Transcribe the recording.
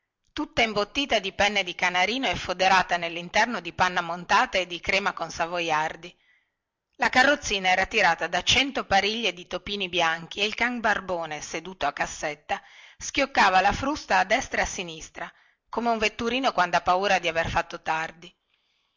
tutta imbottita di penne di canarino e foderata nellinterno di panna montata e di crema coi savoiardi la carrozzina era tirata da cento pariglie di topini bianchi e il can barbone seduto a cassetta schioccava la frusta a destra e a sinistra come un vetturino quandha paura di aver fatto tardi